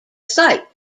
site